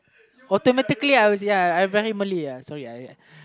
automatically I was ya I Brantly Malayuhsorry I I